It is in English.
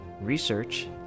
research